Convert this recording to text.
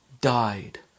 died